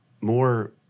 more